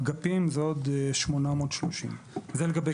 אגפים, זה עוד 830. זה לגבי כוח האדם.